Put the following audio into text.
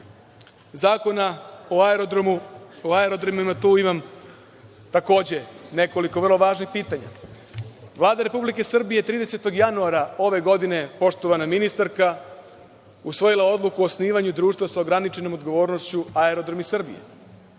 Zakona o aerodromima, tu imam takođe nekoliko vrlo važnih pitanja. Vlada Republike Srbije je 30. januara ove godine poštovana ministarka, usvojila Odluku o osnivanju društva sa ograničenom odgovornošću Aerodromi Srbije.